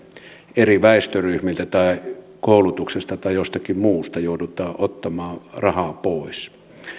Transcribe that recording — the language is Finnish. eri väestöryhmiltä tai koulutuksesta tai jostakin muusta joudutaan ottamaan rahaa pois